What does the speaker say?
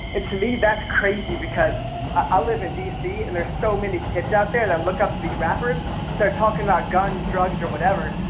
to me, that's crazy because i live in d c, and there's so many kids out there that look up to these rappers that are talkin' about guns, drugs, or whatever,